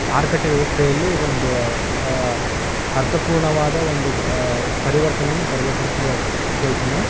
ಮಾರುಕಟ್ಟೆ ವ್ಯವಸ್ಥೆಯಲ್ಲಿ ಒಂದು ಅರ್ಥಪೂರ್ಣವಾದ ಒಂದು ಪರಿವರ್ತನೇನ ತರ್ಬೇಕಂತ್ನೇಳ್ಕ ಕೇಳ್ತೀನಿ